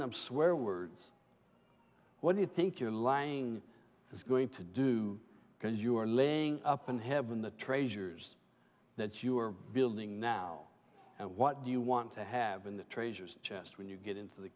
them swear words what do you think your lying is going to do because you are laying up in heaven the treasures that you are building now and what do you want to have in the treasures chest when you get into the